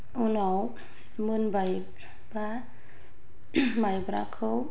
उनाव मोनबाय बा माइब्राखौ